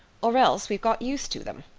or else we've got used to them.